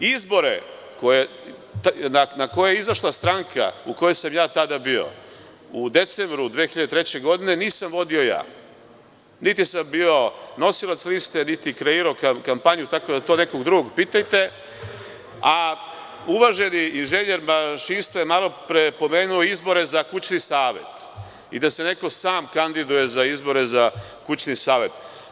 Izbore na koje je izašla stranka u kojoj sam ja tada bio, u decembru 2003. godine, nisam vodio ja, niti sam bio nosilac liste, niti kreirao kampanju, tako da to nekog drugog pitajte, a uvaženi inženjer mašinstva je malo pre pomenuo izbore za kućni savet i da se neko sam kandiduje za izbore za kućni savet.